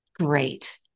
great